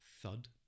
thud